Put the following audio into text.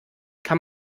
kann